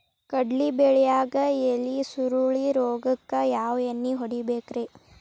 ಕಡ್ಲಿ ಬೆಳಿಯಾಗ ಎಲಿ ಸುರುಳಿ ರೋಗಕ್ಕ ಯಾವ ಎಣ್ಣಿ ಹೊಡಿಬೇಕ್ರೇ?